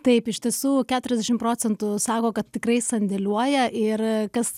taip iš tiesų keturiasdešim procentų sako kad tikrai sandėliuoja ir kas